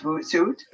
suit